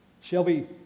Shelby